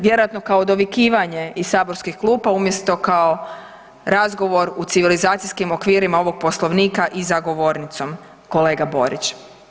Vjerojatno kao dovikivanje iz saborskih kluba umjesto kao razgovor u civilizacijskim okvirima ovog Poslovnika i za govornicom kolega Borić.